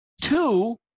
Two